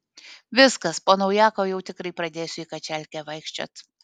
viskas po naujako jau tikrai pradėsiu į kačialkę vaikščiot